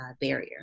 barrier